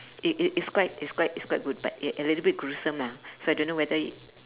it it it's quite it's quite it's quite good but a a little bit gruesome lah so I don't know whether